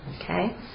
okay